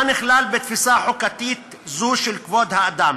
מה נכלל בתפיסה חוקתית זו של כבוד האדם?